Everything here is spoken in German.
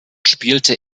spielte